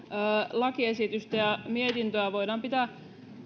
lakiesitystä ja mietintöä voidaan pitää